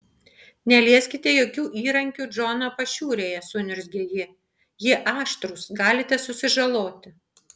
nelieskite jokių įrankių džono pašiūrėje suniurzgė ji jie aštrūs galite susižaloti